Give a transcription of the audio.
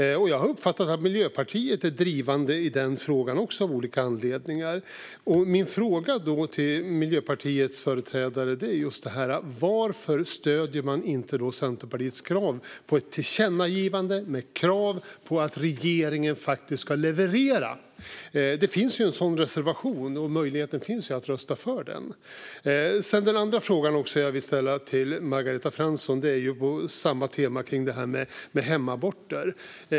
Jag har uppfattat att Miljöpartiet är drivande i den frågan också av olika anledningar. Min fråga till Miljöpartiets företrädare är: Varför stöder man inte Centerpartiets förslag om ett tillkännagivande med ett krav på att regeringen faktiskt ska leverera? Det finns en sådan reservation, och möjligheten finns att rösta för den. Den andra frågan jag vill ställa till Margareta Fransson är på samma tema och handlar om det här med hemaborter.